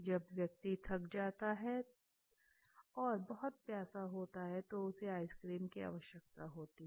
जब व्यक्ति थक जाता है तो और बहुत प्यासा होता है तो उसे आइसक्रीम की आवश्यकता होती है